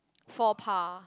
faux pas